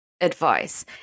advice